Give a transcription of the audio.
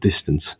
distance